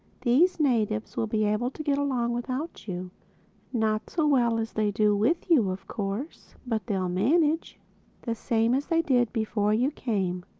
these natives will be able to get along without you not so well as they do with you of course but they'll manage the same as they did before you came.